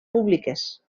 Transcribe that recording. públiques